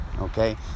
okay